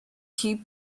cheat